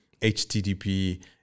HTTP